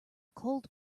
cold